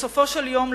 בסופו של יום,